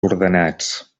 ordenats